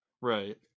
Right